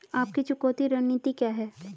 आपकी चुकौती रणनीति क्या है?